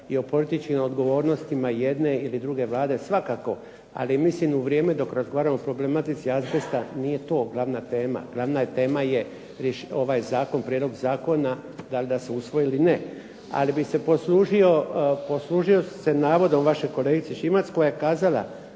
i o političkim odgovornostima jedne ili druge Vlade svakako. Ali mislim u vrijeme dok razgovaramo o problematici azbesta nije to glavna tema. Glavna tema je ovaj zakon, prijedlog zakona dal da se usvoji ili ne. Ali bih se poslužio navodom vaše kolegice Šimac koja je kazala